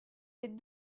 les